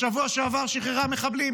בשבוע שעבר היא שחררה מחבלים,